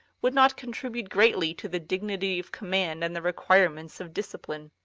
would not contribute greatly to the dignity of command and the requirements of discipline.